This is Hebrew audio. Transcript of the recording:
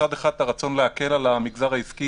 מצד אחד את הרצון להקל על המגזר העסקי